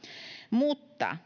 mutta